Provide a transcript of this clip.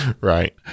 Right